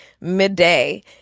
midday